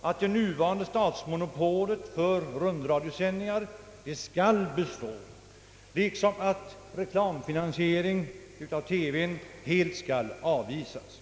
att det nuvarande statsmonopolet för rundradiosändningar skall bestå liksom att reklamfinansiering av TV helt skall avvisas.